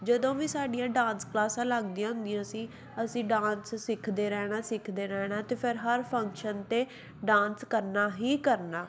ਜਦੋਂ ਵੀ ਸਾਡੀਆਂ ਡਾਂਸ ਕਲਾਸਾਂ ਲੱਗਦੀਆਂ ਹੁੰਦੀਆਂ ਸੀ ਅਸੀਂ ਡਾਂਸ ਸਿੱਖਦੇ ਰਹਿਣਾ ਸਿੱਖਦੇ ਰਹਿਣਾ ਅਤੇ ਫਿਰ ਹਰ ਫੰਕਸ਼ਨ 'ਤੇ ਡਾਂਸ ਕਰਨਾ ਹੀ ਕਰਨਾ